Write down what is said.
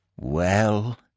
Well